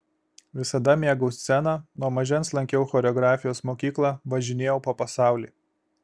visada mėgau sceną nuo mažens lankiau choreografijos mokyklą važinėjau po pasaulį